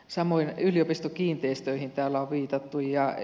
samoin yliopistokiinteistöihin täällä on viitattu